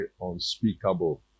unspeakable